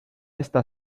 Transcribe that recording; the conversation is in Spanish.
esta